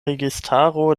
registaro